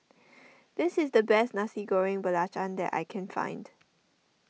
this is the best Nasi Goreng Belacan that I can find